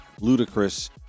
ludicrous